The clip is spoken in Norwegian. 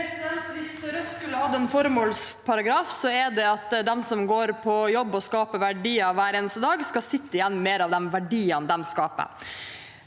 Hvis Rødt skulle hatt en formålsparagraf, er det at de som går på jobb og skaper verdier hver eneste dag, skal sitte igjen med mer av de verdiene de skaper.